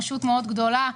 רשות מאוד גדולה,